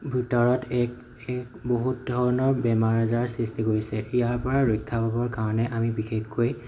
ভিতৰত এক এক বহুত ধৰণৰ বেমাৰ আজাৰ সৃষ্টি কৰিছে ইয়াৰ পৰা ৰক্ষা পাবৰ কাৰণে আমি বিশেষকৈ